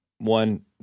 one